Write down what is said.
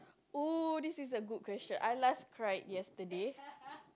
oh this is a good question I last cried yesterday